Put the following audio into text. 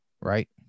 Right